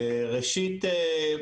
ראשית,